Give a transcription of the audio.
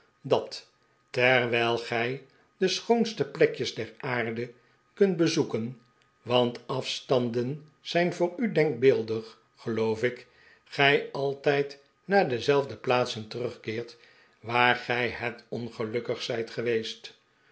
dat terwijl gij de schoonste plekjes der aarde kunt bezoeken want afstanden zijn voor u denkbeeldig geloof ik gij altijd naar dezelfde plaatsen terugkeert waar gij het ongelukkigst zijt geweest